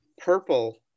purple